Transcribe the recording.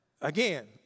again